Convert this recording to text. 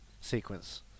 sequence